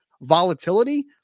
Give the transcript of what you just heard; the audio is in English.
volatility